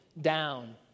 down